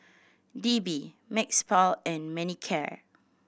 D B Mepilex and Manicare